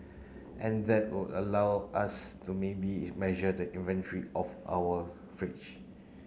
and that would allow us to maybe measure the inventory of our fridge